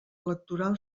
electoral